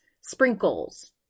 sprinkles